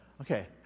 Okay